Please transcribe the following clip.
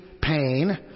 pain